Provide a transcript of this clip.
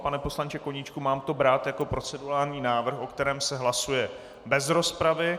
Pane poslanče Koníčku, mám to brát jako procedurální návrh, o kterém se hlasuje bez rozpravy?